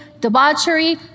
debauchery